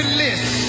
list